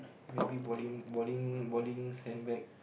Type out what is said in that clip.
maybe bowling bowling bowling sand bag